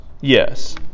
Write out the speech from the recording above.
Yes